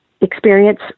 experience